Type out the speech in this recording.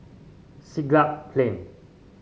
Siglap Plain